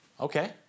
okay